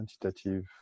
quantitative